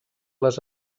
les